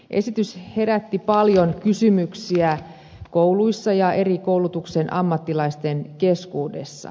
esitys herätti paljon kysymyksiä kouluissa ja eri koulutuksen ammattilaisten keskuudessa